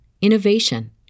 innovation